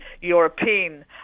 European